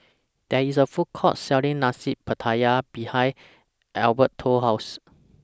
There IS A Food Court Selling Nasi Pattaya behind Alberto's House